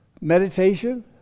meditation